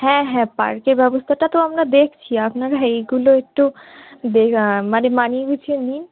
হ্যাঁ হ্যাঁ পার্কে ব্যবস্থাটা তো আমরা দেখছি আপনারা এইগুলো একটু দে মানে মানিয়ে গুছিয়ে নিন